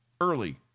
early